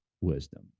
wisdom